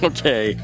Okay